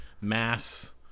mass